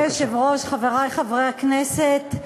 אדוני היושב-ראש, חברי חברי הכנסת,